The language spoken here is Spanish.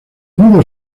modo